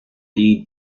die